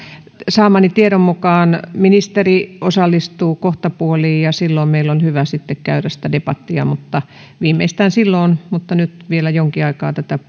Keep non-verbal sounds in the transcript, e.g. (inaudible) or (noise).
saamani tiedon mukaan ministeri osallistuu kohtapuoliin ja silloin meillä on hyvä sitten käydä sitä debattia viimeistään silloin mutta nyt vielä jonkin aikaa tätä (unintelligible)